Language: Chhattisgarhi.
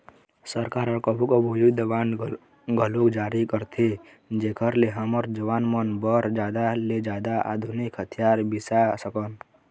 सरकार ह कभू कभू युद्ध बांड घलोक जारी करथे जेखर ले हमर जवान मन बर जादा ले जादा आधुनिक हथियार बिसा सकन